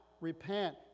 repent